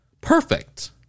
perfect